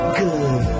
good